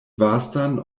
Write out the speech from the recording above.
vastan